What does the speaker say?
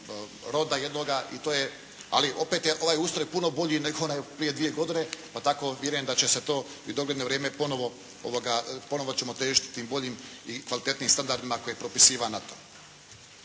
roda jednoga i to je, ali opet je ovaj ustroj puno bolji nego onaj prije dvije godine, pa tako vjerujem da će se to i u dogledno vrijeme ponovno ćemo težiti tim boljim i kvalitetnijim standardima koje propisuje NATO.